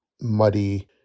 muddy